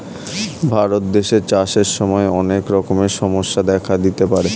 ভারত দেশে চাষের সময় অনেক রকমের সমস্যা দেখা দিতে পারে